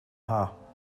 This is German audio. haar